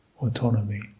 autonomy